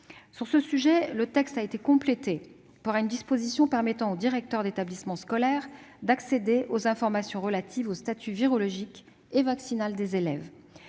Sur ce sujet, le texte a été complété par une disposition permettant aux directeurs d'établissement scolaire d'accéder aux informations relatives au statut virologique et vaccinal des élèves.